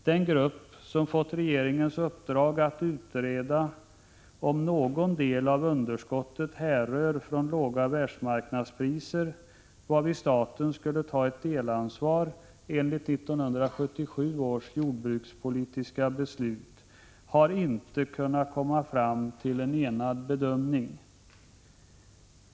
Den grupp som fått regeringens uppdrag att utröna om någon del av underskottet härrör från låga vär Idsmarknadspriser — varvid staten skulle ta ett delansvar enligt 1977 års jordbrukspolitiska beslut — har inte kunnat komma fram till en enad bedömning.